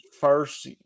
first